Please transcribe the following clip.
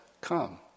come